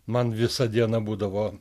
man visą dieną būdavo